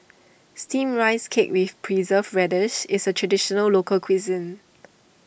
Steamed Rice Cake with Preserved Radish is a Traditional Local Cuisine